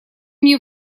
мне